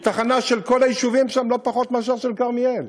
והיא תחנה של כל היישובים שם לא פחות מאשר של כרמיאל.